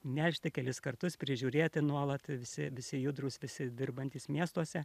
nešti kelis kartus prižiūrėti nuolat visi visi judrūs visi dirbantys miestuose